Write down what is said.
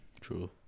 True